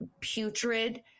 putrid